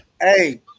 Hey